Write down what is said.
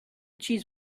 cheese